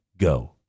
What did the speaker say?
Go